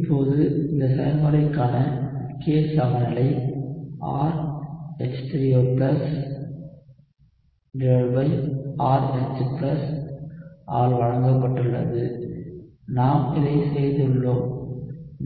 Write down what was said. இப்போது இந்த செயல்முறைக்கான Kசமநிலை RH3ORH ஆல் வழங்கப்பட்டுள்ளது நாம் இதைச் செய்துள்ளோம்